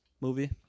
movie